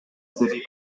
city